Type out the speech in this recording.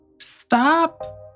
stop